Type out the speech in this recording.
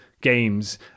games